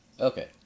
Okay